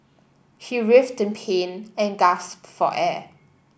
he writhed in pain and gasped for air